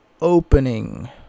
opening